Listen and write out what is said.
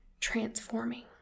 transforming